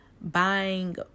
buying